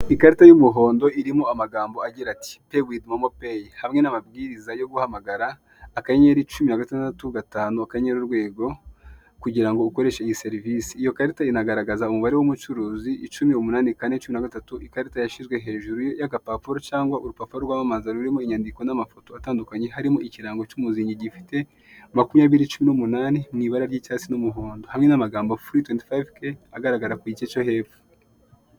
Ikarita y'umuhondo irimo amagambo agira ati"payi wivi momo payi" (pay with momo pay) hamwe n'amabwiriza yo guhamagara *165*# kugirango ukoreshe iyi serivisi. Iyi karita igaragaza umubare w'umucuruzi 108413 ikarita yashyirwe hejuru yag'apapuro cyangwa urupapuro rw'amamaza ruri mu nyandiko n'amafoto atandukanye hari mu kirango cy'umuzinyi gifite 2018 mw'ibara ry'icyatsi n'umuhondo hamwe n'amagambo fri ( free)25,000rwf agaragara ku gice cyo hepfo.